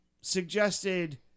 suggested